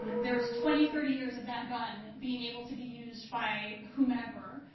there's twenty, thirty years of that gun being able to be used by whomever